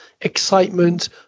excitement